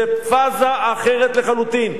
זה פאזה אחרת לחלוטין.